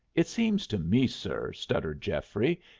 it seems to me, sir, stuttered geoffrey,